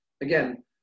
again